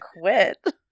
quit